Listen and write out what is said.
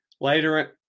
Later